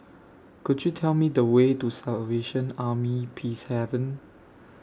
Could YOU Tell Me The Way to Salvation Army Peacehaven